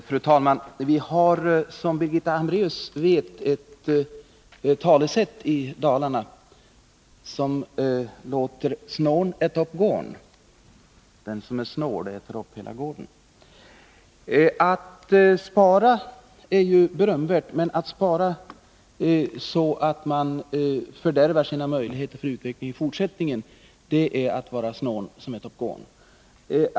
Fru talman! Vi har som Birgitta Hambraeus vet ett talesätt i Dalarna som lyder: Snåln ät upp gåln. Det betyder att den som är snål äter upp hela gården. Att spara är ju berömvärt, men att spara så att man fördärvar sina möjligheter till utveckling i fortsättningen är att vara som snåln som ät upp gåln.